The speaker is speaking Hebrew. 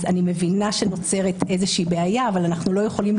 אז אני מבינה שנוצרת איזושהי בעיה,